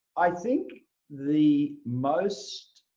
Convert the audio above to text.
i think the most